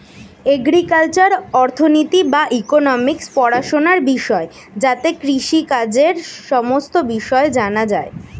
agricultural অর্থনীতি বা economics পড়াশোনার বিষয় যাতে কৃষিকাজের সমস্ত বিষয় জানা যায়